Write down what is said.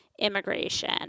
immigration